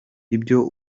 ibyo